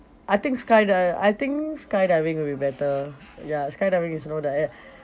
I think skydi~ I think skydiving will be better ya skydiving is you know the eh